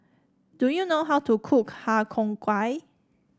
do you know how to cook Har Cheong Gai